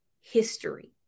history